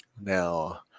Now